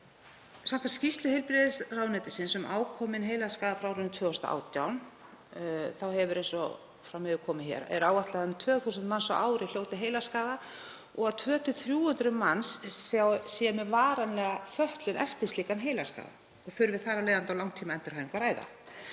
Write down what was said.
Samkvæmt skýrslu heilbrigðisráðuneytisins um ákominn heilaskaða frá árinu 2018 er áætlað, eins og fram hefur komið hér, að um 2.000 manns á ári hljóti heilaskaða og að 200–300 manns séu með varanlega fötlun eftir slíkan heilaskaða og þurfi þar af leiðandi á langtímaendurhæfingu að ræða.